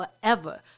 forever